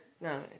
no